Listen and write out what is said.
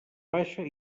baixa